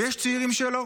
ויש צעירים שלא,